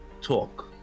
talk